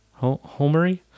Homery